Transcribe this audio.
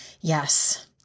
Yes